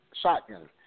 shotgun